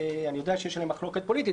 אני יודע שיש עליהם מחלוקת פוליטית,